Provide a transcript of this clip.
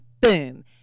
boom